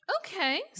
Okay